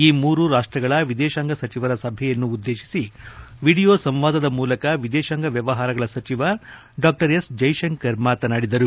ಈ ಮೂರು ರಾಷ್ಟಗಳ ವಿದೇಶಾಂಗ ಸಚಿವರ ಸಭೆಯನ್ನು ಉದ್ದೇಶಿಸಿ ವಿಡಿಯೋ ಸಂವಾದದ ಮೂಲಕ ವಿದೇಶಾಂಗ ವ್ಯವಹಾರಗಳ ಸಚಿವ ಡಾ ಎಸ್ ಜೈಶಂಕರ್ ಮಾತನಾಡಿದರು